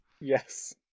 Yes